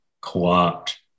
co-opt